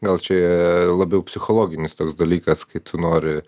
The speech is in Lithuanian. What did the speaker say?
gal čiaaa labiau psichologinis toks dalykas kai tu nori